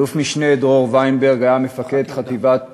אלוף-משנה דרור וינברג היה מפקד חטיבת